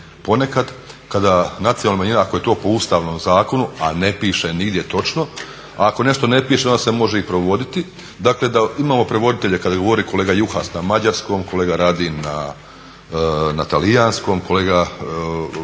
ponekad kada nacionalna manjina ako je to po Ustavnom zakonu, a ne piše nigdje točno, a ako nešto ne piše onda se može i provoditi, dakle da imamo prevoditelje kada govori kolega Juhas na mađarskom, kolega Radin na talijanskom, kolega iz